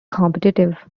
competitive